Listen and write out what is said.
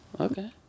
Okay